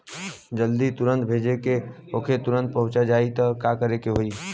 जदि तुरन्त भेजे के होखे जैसे तुरंत पहुँच जाए त का करे के होई?